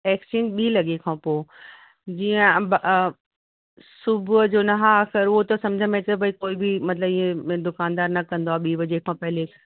exchange ॿीं लॻे खां पोइ जीअं अंब सुबूह जो न हा पर उहो त सम्झ में अचे पई कोई बि मतिलबु इअं दुकानदारु न कंदो आहे ॿीं बजे खां पहिले